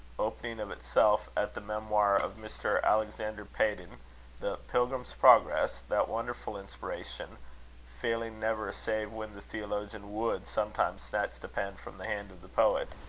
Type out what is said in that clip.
opening of itself at the memoir of mr. alexander peden the pilgrim's progress, that wonderful inspiration failing never save when the theologian would sometimes snatch the pen from the hand of the poet